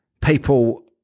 People